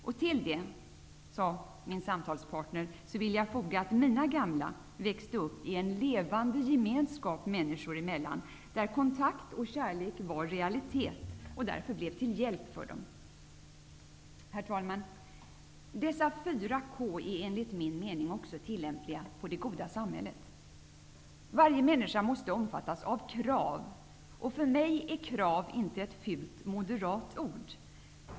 Min samtalspartner sade sedan: Till detta vill jag foga att mina gamla växte upp i en levande ge menskap människor emellan, där kontakt och kärlek var realitet och därför blev till hjälp för dem. Herr talman! ''De fyra K'' är enligt min mening också tillämpliga på det goda samhället. Varje människa måste omfattas av krav. För mig är krav inte ett fult moderat ord.